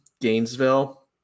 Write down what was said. Gainesville